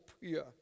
pure